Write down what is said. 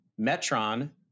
metron